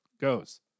goes